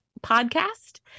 podcast